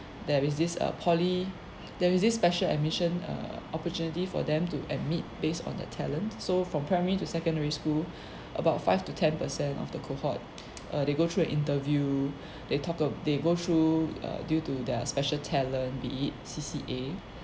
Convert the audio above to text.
there is this uh poly there is this special admission uh opportunity for them to admit based on their talent so from primary to secondary school about five to ten percent of the cohort uh they go through interview they talk ab~ they go through are due to their special talent be it C_C_A